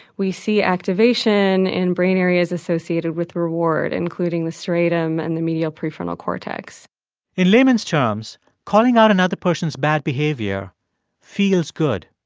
we see activation in brain areas associated with reward, including the striatum and the medial prefrontal cortex in layman's terms, calling out another person's bad behavior feels good.